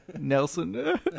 Nelson